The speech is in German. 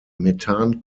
methan